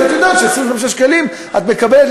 אז את יודעת שב-25 שקלים את מקבלת,